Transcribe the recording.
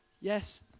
yes